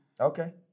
Okay